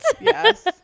Yes